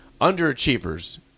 underachievers